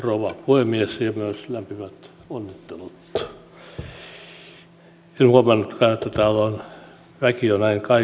en huomannutkaan että täällä on väki jo näin kaikonnut